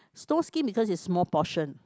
snowskin because is small portion